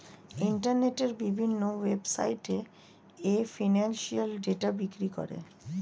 ইন্টারনেটের বিভিন্ন ওয়েবসাইটে এ ফিনান্সিয়াল ডেটা বিক্রি করে